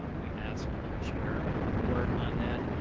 um we asked the chair of the board on that.